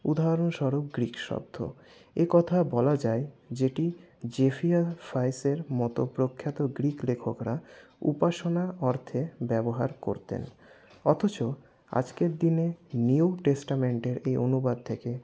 উদাহরণস্বরূপ গ্রিক শব্দ একথা বলা যায় যেটি জেফাইরাসের মতো প্রখ্যাত গ্রিক লেখকরা উপাসনা অর্থে ব্যবহার করতেন অথচ আজকের দিনে নিউ টেস্টামেন্টের এই অনুবাদ থেকে